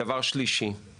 לימור סון הר מלך (עוצמה יהודית):